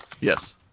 Yes